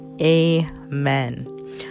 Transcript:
Amen